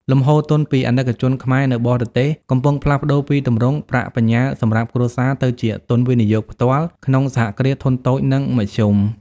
លំហូរទុនពី អាណិកជនខ្មែរ នៅបរទេស កំពុងផ្លាស់ប្តូរពីទម្រង់ "ប្រាក់បញ្ញើសម្រាប់គ្រួសារ"ទៅជា "ទុនវិនិយោគផ្ទាល់" ក្នុងសហគ្រាសធុនតូច និងមធ្យម។